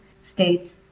states